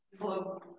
Hello